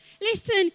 Listen